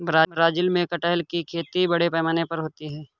Brazil में भी कटहल की खेती बड़े पैमाने पर होती है